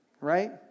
right